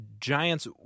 Giants